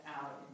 out